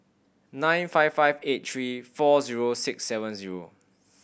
nine five five eight three four zero six seven zero